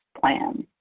plan